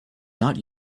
not